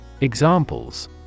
Examples